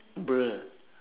bruh